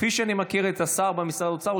כפי שאני מכיר את השר במשרד האוצר,